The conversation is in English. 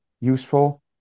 useful